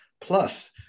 plus